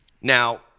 Now